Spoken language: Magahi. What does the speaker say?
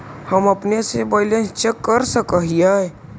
हम अपने से बैलेंस चेक कर सक हिए?